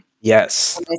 yes